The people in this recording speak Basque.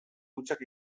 hutsak